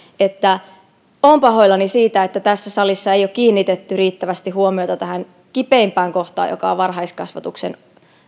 että olen pahoillani siitä että tässä salissa ei ole kiinnitetty riittävästi huomiota tähän kipeimpään kohtaan joka on varhaiskasvatukseen